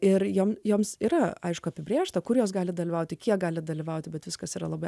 ir jiems joms yra aišku apibrėžta kur jos gali dalyvauti kiek gali dalyvauti bet viskas yra labai